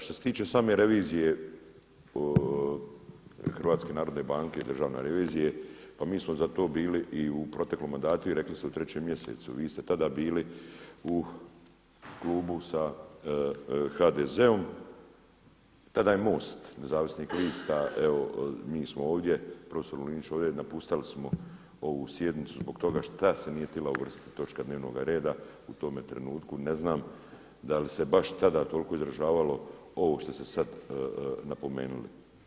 Što se tiče same revizije HNB-a Državne revizije pa mi smo za to bili i u proteklom mandatu i rekli ste u trećem mjesecu, vi ste tada bili u klubu sa HDZ-om, tada je MOST Nezavisnih lista, evo mi smo ovdje, profesor Linić … ovu sjednicu zbog toga što se nije htjela uvrstiti točka dnevnoga reda, u tome trenutku ne znam da li ste baš tada toliko izražavao ovo što ste sada napomenuli.